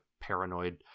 paranoid